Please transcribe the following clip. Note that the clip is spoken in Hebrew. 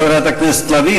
תודה לחברת הכנסת לביא.